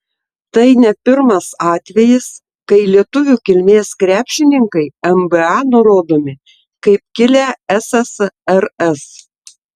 tai ne pirmas atvejis kai lietuvių kilmės krepšininkai nba nurodomi kaip kilę ssrs